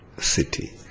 city